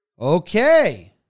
Okay